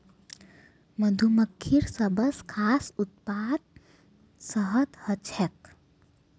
मधुमक्खिर सबस खास उत्पाद शहद ह छेक